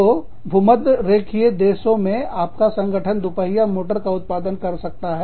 तो भूमध्यरेखीय देशों में आपका संगठन दुपहिया मोटर का उत्पादन कर सकता है